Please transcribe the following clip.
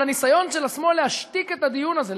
אבל הניסיון של השמאל להשתיק את הדיון הזה,